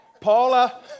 Paula